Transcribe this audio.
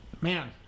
man